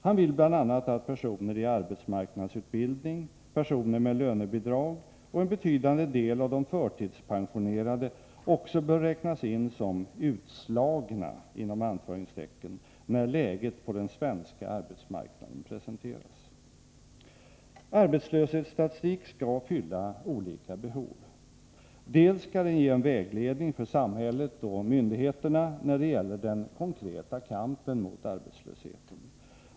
Han tycker bl.a. att personer i arbetsmarknadsutbildning, personer med lönebidrag och en betydande del av de förtidspensionerade också bör räknas in som ”utslagna” när läget på den svenska arbetsmarknaden presenteras. Arbetslöshetsstatistik skall fylla olika behov. Dels skall den ge en vägledning för samhället och myndigheterna när det gäller den konkreta kampen mot arbetslösheten.